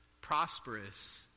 prosperous